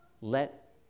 let